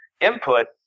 input